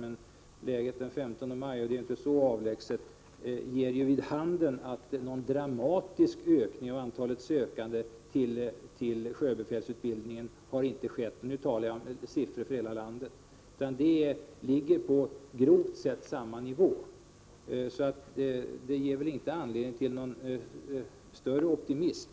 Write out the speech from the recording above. Men siffrorna från den 15 maj — och detta datum är ju inte så avlägset — ger vid handen att någon dramatisk ökning av antalet sökande till sjöbefälsutbildningen har inte skett — och nu talar jag om siffrorna för hela landet. Siffrorna ligger på grovt sett samma nivå som tidigare, så de ger väl inte anledning till någon större optimism.